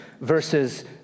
versus